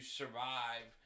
survive